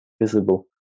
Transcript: visible